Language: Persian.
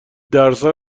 درسا